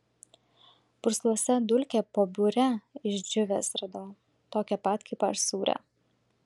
pursluose dulkę po bure išdžiūvęs radau tokią pat kaip aš sūrią